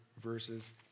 verses